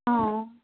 অঁ